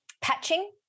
patching